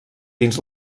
dins